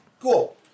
Cool